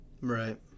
Right